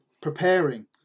preparing